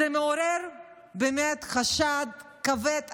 זה מעורר חשד כבד,